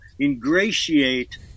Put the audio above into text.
ingratiate